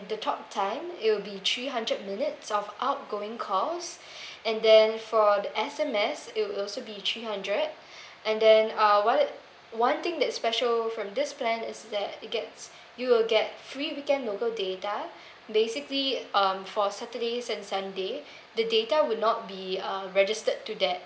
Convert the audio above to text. the talk time it will be three hundred minutes of outgoing calls and then for S_M_S it would also be three hundred and then uh what one thing that's special from this plan is that it gets you will get free weekend local data basically um for saturday and sunday the data would not be uh registered to that